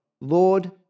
Lord